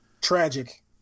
tragic